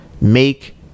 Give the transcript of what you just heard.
make